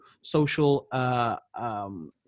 social